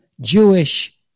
Jewish